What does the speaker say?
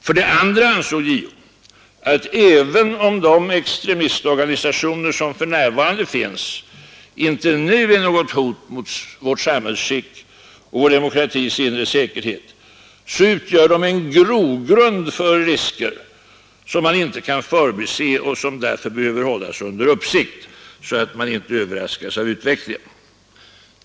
För det andra anser JO att även om de extremistorganisationer som för närvarande finns inte nu är något hot mot vårt samhällsskick och vår demokratis inre säkerhet utgör de dock grogrund för risker som man inte kan förbise och som därför behöver hållas under uppsikt, så att man inte överraskas av utvecklingen.